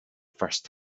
first